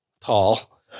tall